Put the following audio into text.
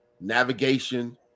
navigation